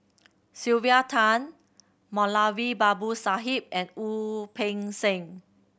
Sylvia Tan Moulavi Babu Sahib and Wu Peng Seng